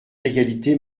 d’égalité